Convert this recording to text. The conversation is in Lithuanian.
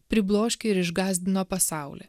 pribloškė ir išgąsdino pasaulį